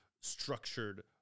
structured